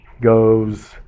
goes